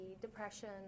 depression